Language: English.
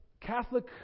Catholic